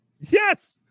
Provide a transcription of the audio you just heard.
Yes